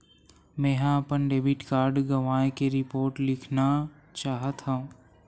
मेंहा अपन debit card गवाए के रिपोर्ट लिखना चाहत हव